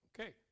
Okay